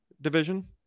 division